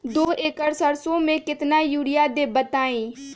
दो एकड़ सरसो म केतना यूरिया देब बताई?